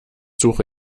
suche